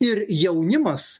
ir jaunimas